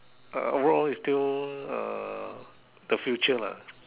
uh overall is still uh still the future lah